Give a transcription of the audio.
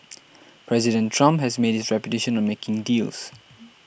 President Trump has made his reputation on making deals